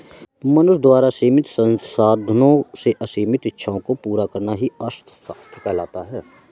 मनुष्य द्वारा सीमित संसाधनों से असीमित इच्छाओं को पूरा करना ही अर्थशास्त्र कहलाता है